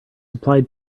applied